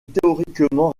théoriquement